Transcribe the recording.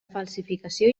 falsificació